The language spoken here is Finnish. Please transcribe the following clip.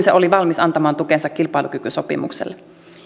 se oli valmis antamaan tukensa kilpailukykysopimukselle